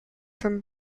from